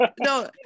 no